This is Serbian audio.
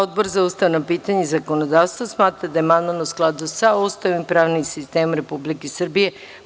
Odbor za ustavna pitanja i zakonodavstvo smatra da je amandman u skladu sa Ustavom i pravnim sistemom Republike Srbije.